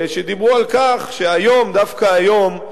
שדיברו על כך שהיום, דווקא היום,